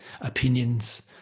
opinions